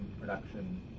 production